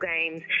games